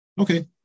Okay